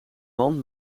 man